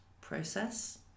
process